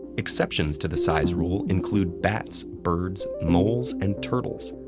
exceptions to the size rule include bats, birds, moles, and turtles,